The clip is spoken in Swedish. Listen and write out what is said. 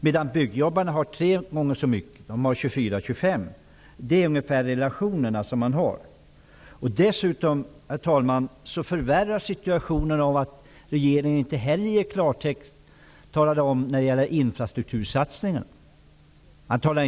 Men bland byggjobbarna är arbetslösheten relativt sett tre gånger så hög, dvs. 24--25 %. Herr talman! Situationen förvärras av att regeringen inte i klartext talar om när infrastruktursatsningen skall göras.